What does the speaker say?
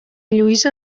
lluïsa